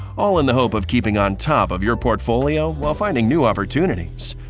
all in the hope of keeping on top of your portfolio, while finding new opportunities.